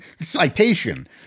citation